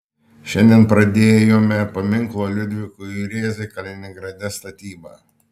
šiandien pradėjome paminklo liudvikui rėzai kaliningrade statybą